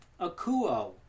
akuo